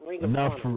Enough